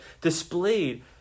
displayed